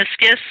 meniscus